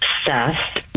obsessed